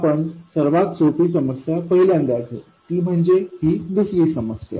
आपण सर्वात सोपी समस्या पहिल्यांदा घेऊ ती म्हणजे ही दुसरी समस्या